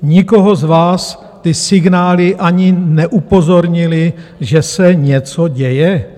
Nikoho z vás ty signály ani neupozornily, že se něco děje?